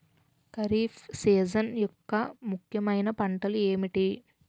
Kharif season యెక్క ముఖ్యమైన పంటలు ఏమిటీ?